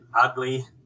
ugly